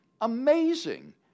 amazing